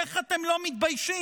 איך אתם לא מתביישים?